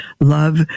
love